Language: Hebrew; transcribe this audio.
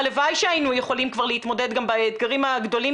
הלוואי שהיינו יכולים כבר להתמודד באתגרים הגדולים